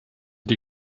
die